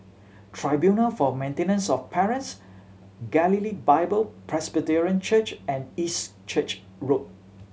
Tribunal for Maintenance of Parents Galilee Bible Presbyterian Church and East Church Road